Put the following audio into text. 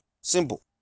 simple